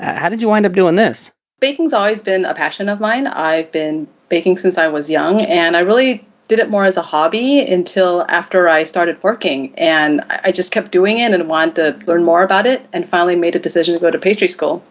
how did you wind up doing this? anita baking is always been a passion of mine. i've been baking since i was young and i really did it more as a hobby until after i started working and i just kept doing it and want to learn more about it and finally made a decision to go to pastry school.